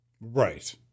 Right